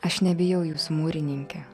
aš nebijau jūsų mūrininke